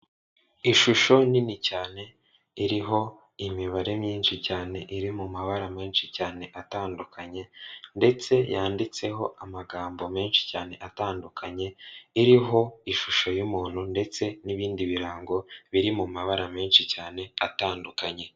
Ishusho nini cyane iriho imibare myinshi cyane iri mu mabara menshi cyane atandukanye ndetse yanditseho amagambo menshi cyane atandukanye, iriho ishusho y'umuntu ndetse n'ibindi birango biri mu mabara menshi cyane atandukanye.